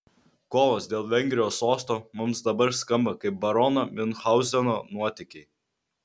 kovos dėl vengrijos sosto mums dabar skamba kaip barono miunchauzeno nuotykiai